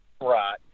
Right